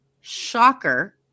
Shocker